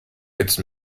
jetzt